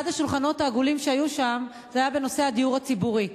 אחד השולחנות העגולים שהיו שם היה בנושא הדיור הציבורי.